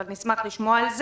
אבל אני אשמח לשמוע על זה.